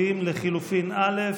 לחלופין א'